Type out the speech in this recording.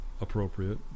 appropriate